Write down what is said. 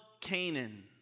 Canaan